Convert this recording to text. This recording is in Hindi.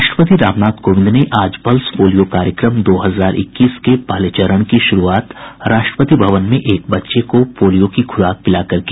राष्ट्रपति रामनाथ कोविंद ने आज पल्स पोलियो कार्यक्रम दो हजार इक्कीस के पहले चरण की शुरूआत राष्ट्रपति भवन में एक बच्चे को पोलियो की खुराक पिलाकर की